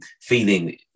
feeling